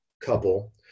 couple